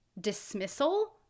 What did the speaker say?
dismissal